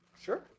Sure